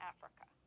Africa